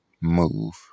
move